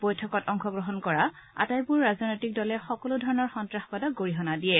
বৈঠকত অংশগ্ৰহণ কৰা আটাইবোৰ ৰাজনৈতিক দলে সকলো ধৰণৰ সন্তাসবাদক গৰিহণা দিয়ে